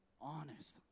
honest